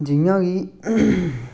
जि'यां कि